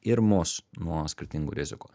ir mus nuo skirtingų rizikų